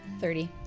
Thirty